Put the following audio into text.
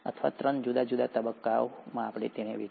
અથવા ત્રણ જુદા જુદા તબક્કામાં મૂળ